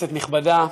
כנסת נכבדה,